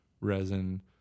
Resin